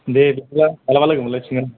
दे बिदिबा माब्लाबा लोगो मोनलायसिगोन